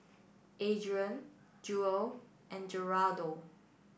Adrien Jewel and Gerardo